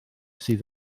sydd